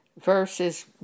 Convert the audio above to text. Verses